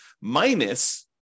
minus